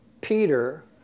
Peter